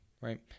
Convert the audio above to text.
right